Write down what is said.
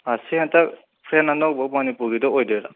ꯑꯥ ꯁꯤ ꯍꯟꯗꯛ ꯐ꯭ꯔꯦꯟ ꯑꯅꯧꯕ ꯃꯅꯤꯄꯨꯔꯒꯤꯗꯣ ꯑꯣꯏꯗꯣꯏꯔ